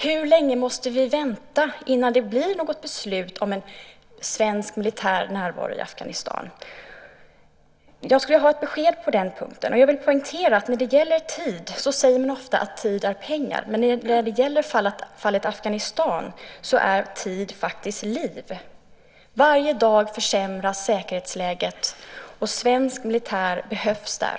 Hur länge måste vi vänta innan det blir något beslut om en svensk militär närvaro i Afghanistan? Jag skulle vilja ha ett besked på den punkten. Jag vill poängtera att när det gäller tid säger man ofta att tid är pengar. Men i fallet Afghanistan är tid faktiskt liv. Varje dag försämras säkerhetsläget. Svensk militär behövs där.